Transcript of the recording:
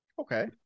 Okay